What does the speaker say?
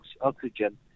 oxygen